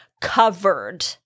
covered